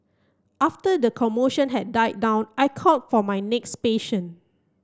after the commotion had died down I called for my next patient